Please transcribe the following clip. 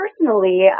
personally